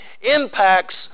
impacts